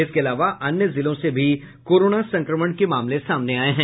इसके अलावा अन्य जिलों से भी कोरोना संक्रमण के मामले आये हैं